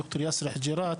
ד"ר יאסר חוג'יראת,